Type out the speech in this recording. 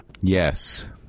yes